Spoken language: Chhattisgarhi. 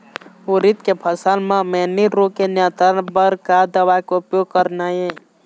उरीद के फसल म मैनी रोग के नियंत्रण बर का दवा के उपयोग करना ये?